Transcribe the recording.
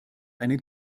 einen